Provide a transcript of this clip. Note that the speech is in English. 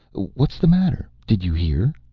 what's the matter? did you hear?